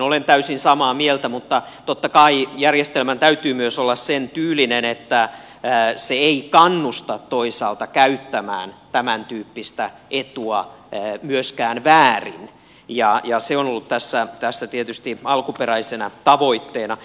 olen täysin samaa mieltä mutta totta kai järjestelmän täytyy myös olla sentyylinen että se ei toisaalta kannusta käyttämään tämäntyyppistä etua väärin ja se on ollut tässä tietysti alkuperäisenä tavoitteena